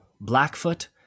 Blackfoot